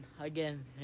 again